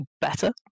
better